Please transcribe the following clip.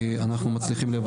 כי אנחנו מצליחים לבצע.